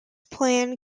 plan